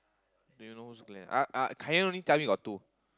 do you know who is Glenn uh uh Kai-Yan only tell me got two